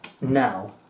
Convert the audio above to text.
now